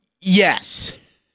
Yes